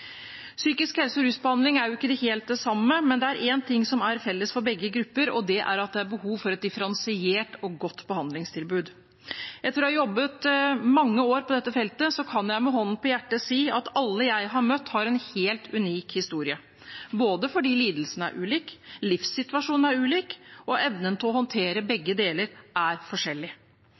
Psykisk helsebehandling og rusbehandling er jo ikke helt det samme, men det er én ting som er felles for begge grupper, og det er at det er behov for et differensiert og godt behandlingstilbud. Etter å ha jobbet mange år på dette feltet kan jeg med hånden på hjertet si at alle jeg har møtt, har en helt unik historie, fordi lidelsen er ulik, livssituasjonen er ulik, og evnen til å håndtere begge deler er forskjellig.